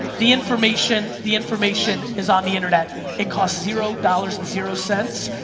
the information the information is on the internet. it costs zero dollars and zero cents.